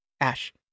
Ash